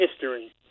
history